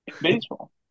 baseball